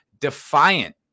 defiant